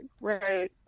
right